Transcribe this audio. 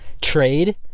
trade